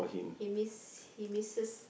he miss he misses